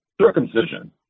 circumcision